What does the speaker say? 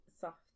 soft